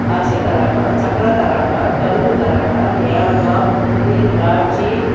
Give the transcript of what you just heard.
அரிசி தராங்க சக்கரை தராங்க கரும்பு தராங்க ஏலக்காய் முந்திரி திராட்சை